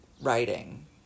writing